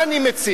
מה אני מציע?